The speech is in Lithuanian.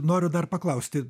noriu dar paklausti